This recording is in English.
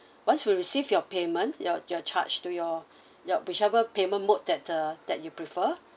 once we receive your payment you're you're charged to your your whichever payment mode that uh that you prefer